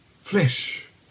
flesh